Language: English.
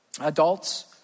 adults